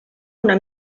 una